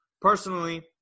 Personally